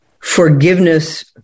forgiveness